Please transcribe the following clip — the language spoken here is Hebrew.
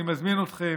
אני מזמין אתכם,